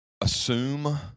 assume